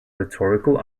rhetorical